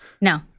no